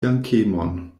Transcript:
dankemon